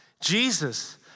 Jesus